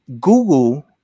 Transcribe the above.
Google